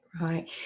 right